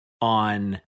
on